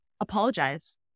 apologize